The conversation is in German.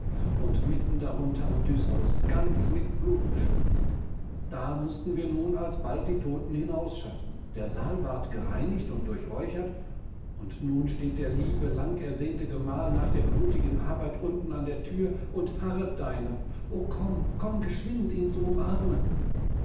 und mitten darunter odysseus ganz mit blut bespritzt da mußten wir nun alsbald die toten hinausschaffen der saal ward gereinigt und durchräuchert und nun steht der liebe lang ersehnte gemahl nach der blutigen arbeit unten an der thür und harret deiner o komm komm geschwind um ihn zu umarmen